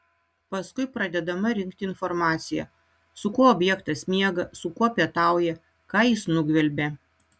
paskui pradedama rinkti informacija su kuo objektas miega su kuo pietauja ką jis nugvelbė